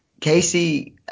casey